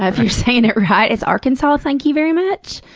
if you're saying it right, it's arkinsaw, thank you very much.